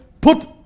put